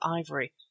ivory